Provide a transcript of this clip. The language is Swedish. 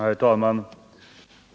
Herr talman!